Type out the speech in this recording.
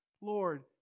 Lord